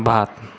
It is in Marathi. भात